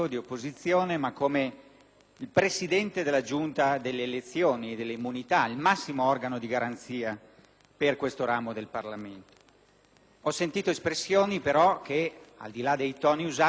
il Presidente della Giunta delle elezioni e delle immunità parlamentari, il massimo organo di garanzia per questo ramo del Parlamento. Ho sentito espressioni però che, al di là dei toni usati, sono molto forti.